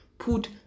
put